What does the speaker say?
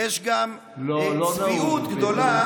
יש גם צביעות גדולה,